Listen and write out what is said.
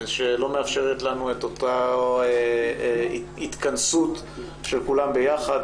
שלא מאפשרת לנו התכנסות של כולם ביחד,